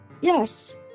Yes